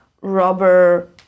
rubber